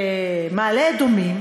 במעלה-אדומים,